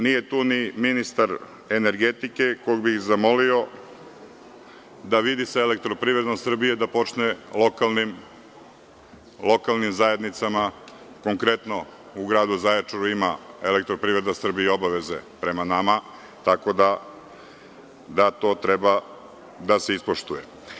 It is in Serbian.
Nije tu ni ministar energetike, koga bih zamolio da vidi sa „Elektroprivredom Srbije“ da počne lokalnim zajednicama, konkretno u gradu Zaječaru ima „Elektroprivreda Srbije“ i obaveze prema nama, tako da to treba da se ispoštuje.